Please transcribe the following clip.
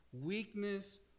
weakness